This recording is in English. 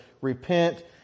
Repent